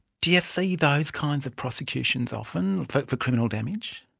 do you see those kinds of prosecutions often for for criminal damage?